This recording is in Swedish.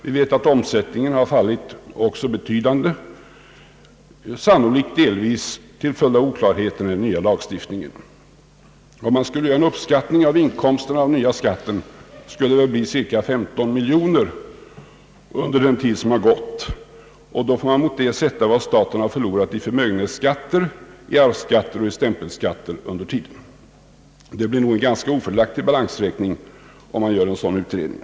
— Vi vet att omsättningen har minskat i betydande grad, sannolikt delvis till följd av oklar heter i den nya lagstiftningen. Om man skulle göra en uppskattning av inkomsterna genom den nya skatten, skulle det bli fråga om cirka 15 miljoner kronor för den tid som har gått, och då får vi mot detta sätta vad staten har förlorat i förmögenhetsskatter, i arvsskatter och i stämpelavgifter under samma tid. Det blir nog en ganska ofördelaktig balansräkning, om man gör en sådan utredning.